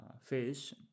fish